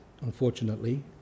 unfortunately